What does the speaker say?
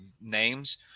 names